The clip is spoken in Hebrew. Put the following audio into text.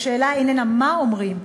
השאלה איננה מה אומרים,